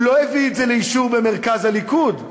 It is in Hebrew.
הוא לא הביא את זה לאישור במרכז הליכוד.